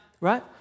right